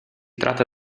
tratta